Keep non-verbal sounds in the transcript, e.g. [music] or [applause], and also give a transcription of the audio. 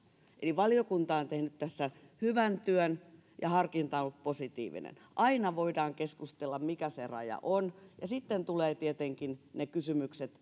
eli valiokunta on tehnyt tässä hyvän työn ja harkinta on ollut positiivinen aina voidaan keskustella siitä mikä se raja on ja sitten tulevat tietenkin eteen ne kysymykset [unintelligible]